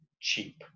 cheap